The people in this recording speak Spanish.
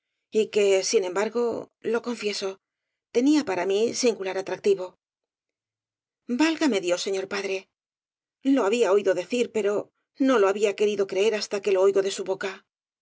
tuya yque sin em bargo lo confieso tenía para mí singular atractivo válgame dios señor padre lo había oído de cir pero no lo había querido creer hasta que lo oigo de su boca